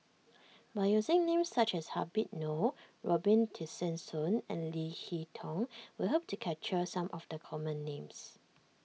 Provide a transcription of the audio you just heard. by using names such as Habib Noh Robin Tessensohn and Leo Hee Tong we hope to capture some of the common names